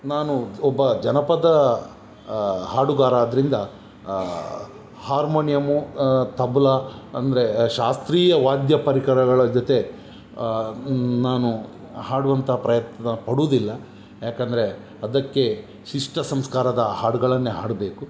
ನಾನು ಒಬ್ಬ ಜನಪದ ಹಾಡುಗಾರ ಆದ್ದರಿಂದ ಹಾರ್ಮೋನಿಯಮ್ಮು ತಬಲ ಅಂದರೆ ಶಾಸ್ತ್ರೀಯ ವಾದ್ಯ ಪರಿಕರಗಳ ಜೊತೆ ನಾನು ಹಾಡುವಂಥ ಪ್ರಯತ್ನ ಪಡುವುದಿಲ್ಲ ಯಾಕೆಂದರೆ ಅದಕ್ಕೆ ಶಿಷ್ಟ ಸಂಸ್ಕಾರದ ಹಾಡುಗಳನ್ನೇ ಹಾಡಬೇಕು